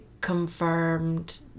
confirmed